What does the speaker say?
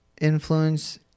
influence